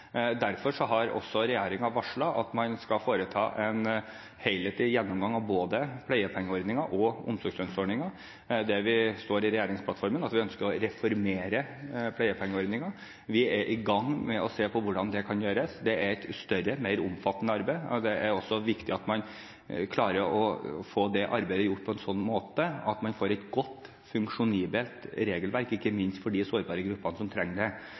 Derfor har regjeringen varslet at man skal foreta en helhetlig gjennomgang av både pleiepengeordningen og omsorgslønnsordningen. Det står i regjeringsplattformen at vi ønsker å reformere pleiepengeordningen. Vi er i gang med å se på hvordan det kan gjøres. Det er et større, mer omfattende arbeid, og det er viktig at man klarer å få det arbeidet gjort på en sånn måte at man får et godt, funksjonelt regelverk, ikke minst for de sårbare gruppene som trenger det.